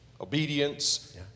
obedience